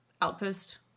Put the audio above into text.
outpost